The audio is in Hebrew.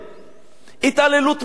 התעללות מכוונת,